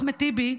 אחמד טיבי,